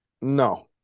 No